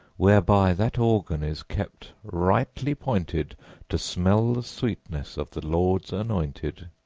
whereby that organ is kept rightly pointed to smell the sweetness of the lord's anointed.